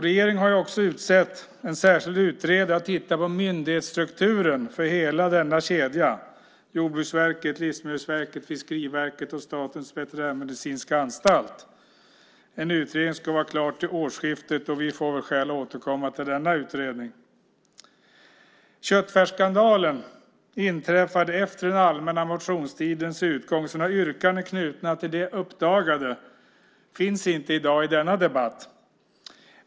Regeringen har utsett en särskild utredare att titta på myndighetsstrukturen för hela denna kedja - Jordbruksverket, Livsmedelsverket, Fiskeriverket och Statens veterinärmedicinska anstalt. Utredningen ska vara klar till årsskiftet, och vi får väl tillfälle att återkomma till den. Köttfärsskandalen inträffade efter den allmänna motionstidens utgång, så några yrkanden knutna till det uppdagade finns inte i dag i denna debatt.